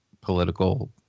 political